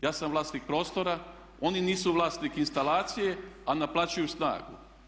Ja sam vlasnik prostora, oni nisu vlasnik instalacije a naplaćuju snagu.